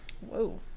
Whoa